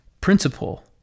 principle